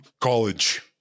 college